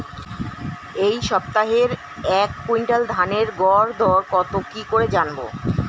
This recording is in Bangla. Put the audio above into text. এই সপ্তাহের এক কুইন্টাল ধানের গর দর কত কি করে জানবো?